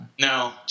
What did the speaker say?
No